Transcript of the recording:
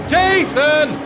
Jason